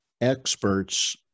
experts